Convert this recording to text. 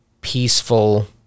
peaceful